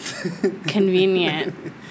Convenient